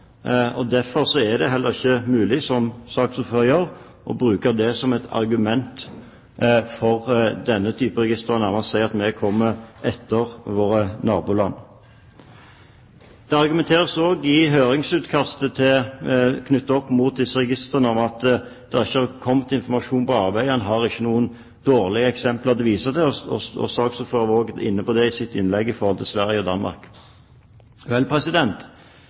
Derfor er det heller ikke mulig, som saksordføreren gjør, å bruke det som et argument for denne type registre og si at vi kommer etter våre naboland. Det argumenteres også i høringsutkastet knyttet til disse registrene at det ikke er kommet informasjon på avveier, man har ikke noen dårlige eksempler å vise til. Saksordføreren var også inne på det i sitt innlegg når det gjaldt Sverige og Danmark.